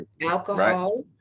alcohol